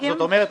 זאת אומרת,